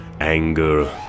anger